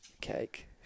Cake